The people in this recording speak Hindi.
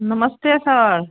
नमस्ते सर